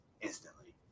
instantly